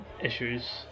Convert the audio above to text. issues